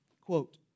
quote